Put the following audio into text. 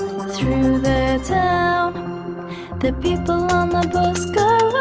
through the town the people on the bus go